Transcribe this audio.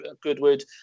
Goodwood